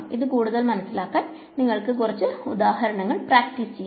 ഇത് കൂടുതൽ മനസിലാക്കാൻ നിങ്ങൾ സ്വയം കുറച്ചു ഉദാഹരണങ്ങൾ പ്രാക്ടീസ് ചെയ്യൂ